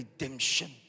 redemption